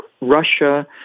Russia